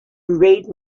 read